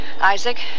Isaac